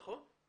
נכון.